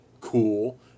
cool